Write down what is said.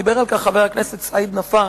ודיבר על כך חבר הכנסת סעיד נפאע,